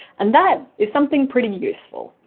and that is something pretty useful.